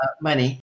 money